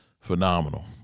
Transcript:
phenomenal